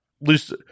least